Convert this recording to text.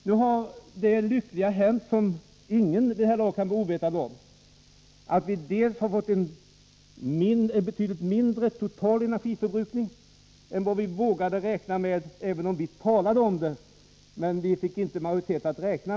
Ingen kan vid det här laget vara ovetande om att det lyckliga nu har hänt att vi har fått en betydligt lägre total energiförbrukning än vad vi vågade räkna med i energipropositionen — även om vi talade om en så låg förbrukning men inte fick majoritet för den.